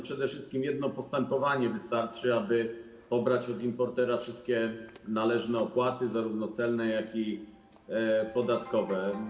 Przede wszystkim jedno postępowanie wystarczy, aby pobrać od importera wszystkie należne opłaty, zarówno celne, jak i podatkowe.